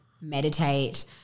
meditate